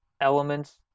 elements